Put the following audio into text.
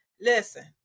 Listen